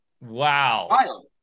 Wow